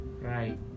Right